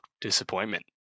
disappointment